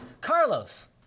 Carlos